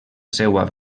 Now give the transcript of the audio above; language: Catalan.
seua